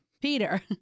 Peter